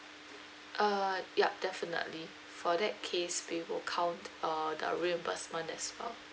uh yup definitely for that case we will count uh the reimbursement as well